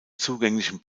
zugänglichen